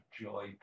joy